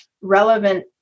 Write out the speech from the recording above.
relevant